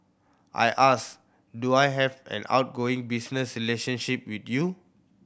I asked do I have an ongoing business relationship with you